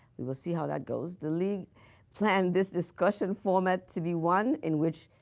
we will see how that goes. the league plans this discussion format to be one in which